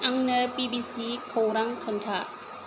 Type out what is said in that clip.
आंनो बिबिसि खौरां खोन्था